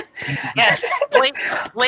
Yes